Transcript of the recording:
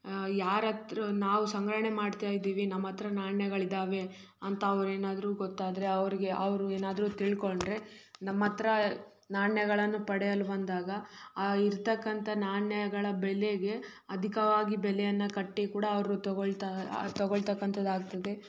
ಯಾರತ್ರ ನಾವು ಸಂಗ್ರಹಣೆ ಮಾಡ್ತಾ ಇದ್ದೀವಿ ನಮ್ಮ ಹತ್ರ ನಾಣ್ಯಗಳಿದ್ದಾವೆ ಅಂತ ಅವ್ರು ಏನಾದರೂ ಗೊತ್ತಾದರೆ ಅವ್ರಿಗೆ ಅವರು ಏನಾದರೂ ತಿಳ್ಕೊಂಡ್ರೆ ನಮ್ಮ ಹತ್ರ ನಾಣ್ಯಗಳನ್ನು ಪಡೆಯಲು ಬಂದಾಗ ಆ ಇರತಕ್ಕಂಥ ನಾಣ್ಯಗಳ ಬೆಲೆಗೆ ಅಧಿಕವಾಗಿ ಬೆಲೆಯನ್ನು ಕಟ್ಟಿ ಕೂಡ ಅವರು ತೊಗೊಳ್ತಾ ತಗೊಳ್ತಕ್ಕಂತದ್ದು ಆಗ್ತದೆ